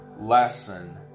lesson